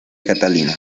catalina